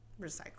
recycle